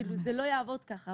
זה לא יעבוד ככה,